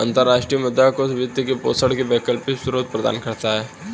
अंतर्राष्ट्रीय मुद्रा कोष वित्त पोषण के वैकल्पिक स्रोत प्रदान करता है